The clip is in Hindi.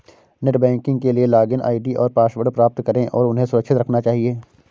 नेट बैंकिंग के लिए लॉगिन आई.डी और पासवर्ड प्राप्त करें और उन्हें सुरक्षित रखना चहिये